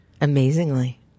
Amazingly